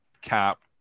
cap